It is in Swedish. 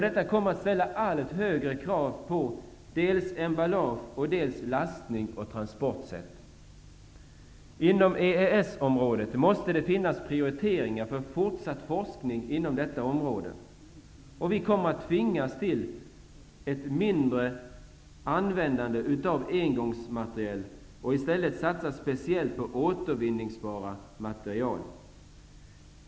Detta ställer allt högre krav på emballage, lastning och transportsätt. Inom EES-området måste det göras prioriteringar för fortsatt forskning inom detta område. Vi kommer att tvingas att använda mindre engångsmaterial och i stället satsa speciellt på återvinningsbara material.